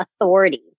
authority